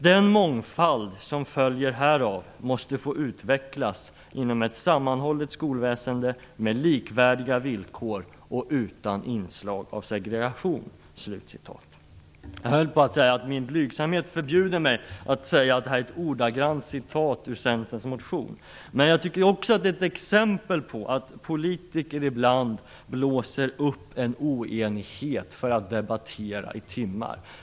Den mångfald som följer härav måste få utvecklas inom ett sammanhållet skolväsende, med likvärdiga villkor och utan inslag av segregation." Jag höll på att säga att min blygsamhet förbjuder mig att säga att det här var ett ordagrant citat ur Centerns motion. Men det är också ett exempel på att politiker ibland blåser upp en oenighet för att debattera i timmar.